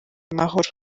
amahoro